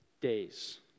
days